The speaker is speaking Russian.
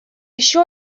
еще